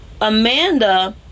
Amanda